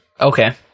Okay